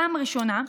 פעם ראשונה,